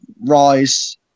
rise